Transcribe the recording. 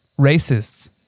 racists